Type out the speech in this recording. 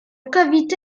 cavité